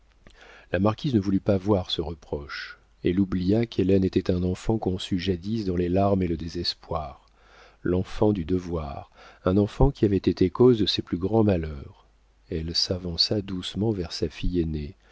la marquise ne voulut pas voir ce reproche elle oublia qu'hélène était un enfant conçu jadis dans les larmes et le désespoir l'enfant du devoir un enfant qui avait été cause de ses plus grands malheurs elle s'avança doucement vers sa fille aînée